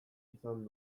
izan